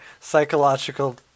psychological